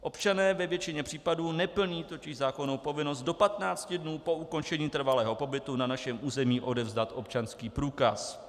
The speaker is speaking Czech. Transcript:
Občané ve většině případů totiž neplní zákonnou povinnost do 15 dnů po ukončení trvalého pobytu na našem území odevzdat občanský průkaz.